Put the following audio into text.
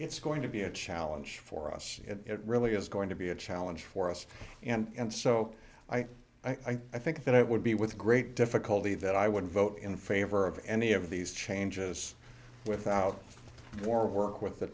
it's going to be a challenge for us and it really is going to be a challenge for us and so i think that it would be with great difficulty that i would vote in favor of any of these changes without more work with the